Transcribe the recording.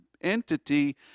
entity